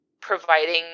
providing